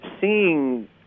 seeing